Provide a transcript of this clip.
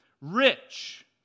Rich